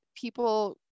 people